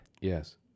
Yes